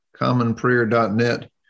commonprayer.net